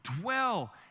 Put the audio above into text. dwell